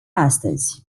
astăzi